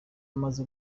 amaze